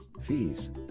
Fees